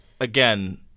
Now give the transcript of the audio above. Again